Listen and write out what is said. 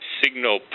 signal